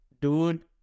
Dude